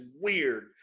weird